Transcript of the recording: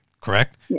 correct